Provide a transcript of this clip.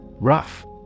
Rough